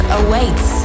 awaits